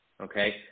Okay